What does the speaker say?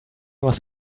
was